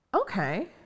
okay